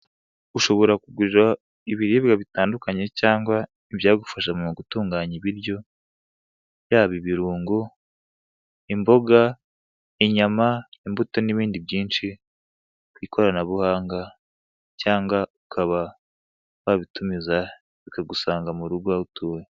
Ushobora kugurira ibiribwa bitandukanye cyangwa ibyagufasha mu gutunganya ibiryo, yaba ibirungo, imboga, inyama, imbuto n'ibindi byinshi ku ikoranabuhanga cyangwa ukaba wabitumiza, bikagusanga mu rugo aho utuye.